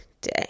day